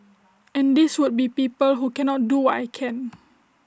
and these would be people who cannot do what I can